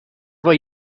were